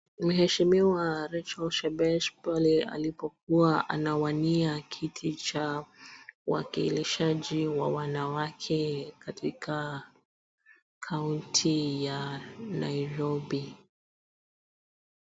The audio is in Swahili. Mheshmiwa Rachael Shebesh alipokuwa anawania kiti cha uwakilishaji wa wanawake katika kaunti ya Nairobi.